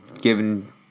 given